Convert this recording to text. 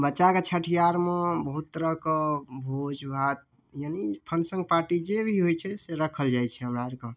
बच्चा के छठिहार मे बहुत तरह के भोज भात यानि फंक्शन पार्टी जे भी होइ छै से रखल जाइ छै हमरा आरके